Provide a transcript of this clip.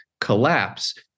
collapse